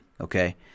okay